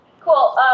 cool